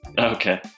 Okay